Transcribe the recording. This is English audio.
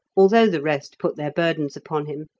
although the rest put their burdens upon him,